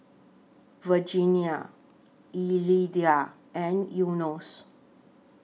Virginia Elida and Enos